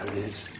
is.